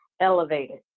elevated